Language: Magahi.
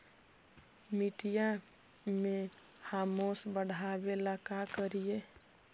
मिट्टियां में ह्यूमस बढ़ाबेला का करिए?